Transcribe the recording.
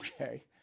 okay